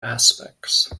aspects